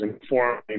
informing